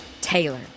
Taylor